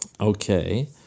Okay